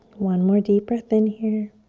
one more deep breath in, here.